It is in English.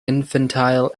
infantile